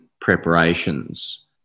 preparations